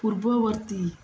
ପୂର୍ବବର୍ତ୍ତୀ